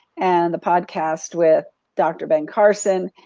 and the podcast with dr. ben carlson.